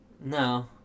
No